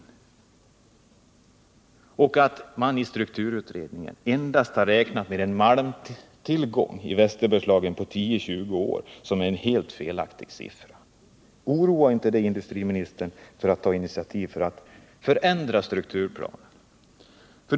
Dessutom har man i strukturutredningen endast räknat med en malmtillgång i 10-20 år i Västerbergslagen, vilket också är helt fel. Oroar det inte industriministern, så att han skulle vilja ta initiativ för att förändra strukturplanen?